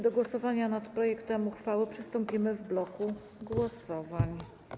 Do głosowania nad projektem uchwały przystąpimy w bloku głosowań.